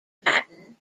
patton